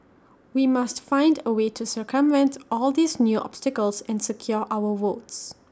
we must find A way to circumvent all these new obstacles and secure our votes